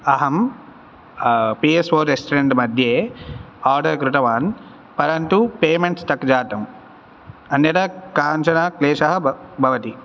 अहं P S O restaurant मद्ये order कृतवान् परन्तु पेमेन्ट् स्टक् जातम् अन्यता कानिचन क क्लेशः भ भवति